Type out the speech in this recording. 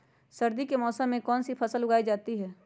सर्दी के मौसम में कौन सी फसल उगाई जाती है?